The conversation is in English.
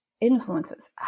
influences